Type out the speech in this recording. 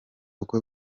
uko